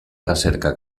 recerca